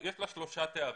יש לה שלושה תארים.